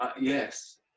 Yes